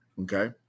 okay